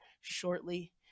shortly